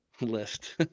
list